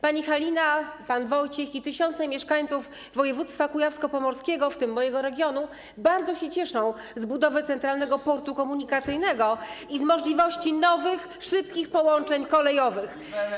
Pani Halina, pan Wojciech i tysiące mieszkańców województwa kujawsko-pomorskiego, w tym mojego regionu, bardzo się cieszą z budowy Centralnego Portu Komunikacyjnego i z możliwości nowych, szybkich połączeń kolejowych.